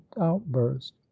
outburst